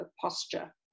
posture